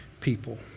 people